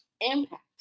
impact